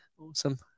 awesome